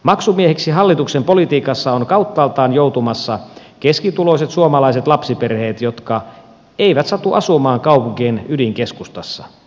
maksumiehiksi hallituksen politiikassa ovat kauttaaltaan joutumassa keskituloiset suomalaiset lapsiperheet jotka eivät satu asumaan kaupunkien ydinkeskustoissa